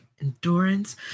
endurance